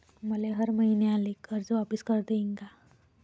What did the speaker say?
मले हर मईन्याले कर्ज वापिस करता येईन का?